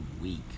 week